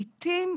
לעתים,